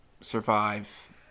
survive